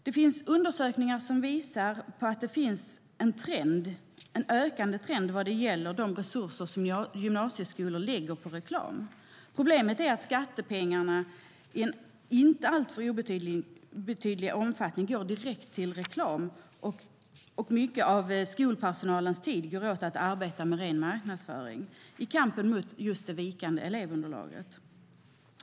Det finns undersökningar som visar att det finns en ökande trend vad gäller de resurser som gymnasieskolor lägger på reklam. Problemet är att skattepengar i en inte alltför obetydlig omfattning går direkt till reklam, och mycket av skolpersonalens tid går åt till att arbeta med ren marknadsföring just i kampen mot det vikande elevunderlaget.